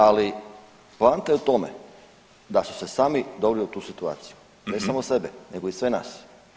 Ali poanta je u tome da su se sami doveli u tu situaciju, ne samo sebe, nego i sve nas.